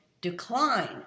decline